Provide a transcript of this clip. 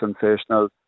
sensational